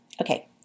Okay